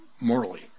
morally